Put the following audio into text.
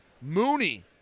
Mooney